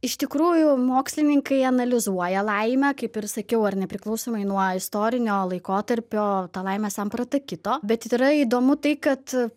iš tikrųjų mokslininkai analizuoja laimę kaip ir sakiau ar ne priklausomai nuo istorinio laikotarpio ta laimės samprata kito bet yra įdomu tai kad